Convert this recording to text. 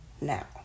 now